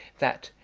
that,